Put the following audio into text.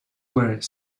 were